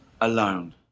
alone